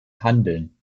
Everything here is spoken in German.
handeln